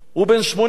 הוא בן 84,